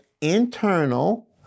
internal